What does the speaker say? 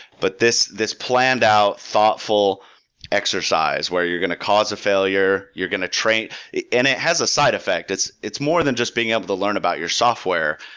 but this this planned out thoughtful exercise, where you're going to cause a failure, you're going to train it and it has a side effect. it's it's more than just being able to learn about your software.